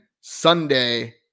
Sunday